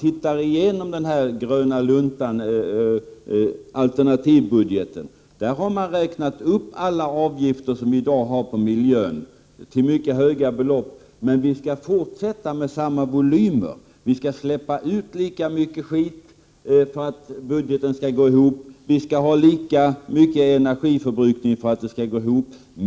I gröna luntan-alternativbudgeten har man räknat upp alla avgifter som vi i dag har på miljön till mycket höga belopp, men man räknar med att vi skall fortsätta med samma volymer, vi skall släppa ut lika mycket skit för att budgeten skall gå ihop. Vi måste också ha lika hög energiförbrukning för att det skall gå ihop.